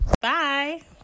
Bye